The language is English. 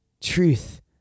truth